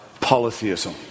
polytheism